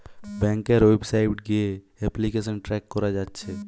ব্যাংকের ওয়েবসাইট গিয়ে application track কোরা যাচ্ছে